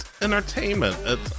entertainment